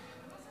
בנושא: